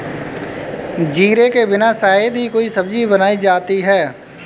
जीरे के बिना शायद ही कोई सब्जी बनाई जाती है